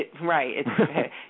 Right